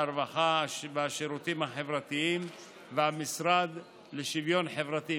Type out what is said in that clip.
והרווחה והשירותים החברתיים והמשרד לשוויון חברתי.